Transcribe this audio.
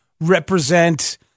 represent